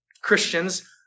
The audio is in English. Christians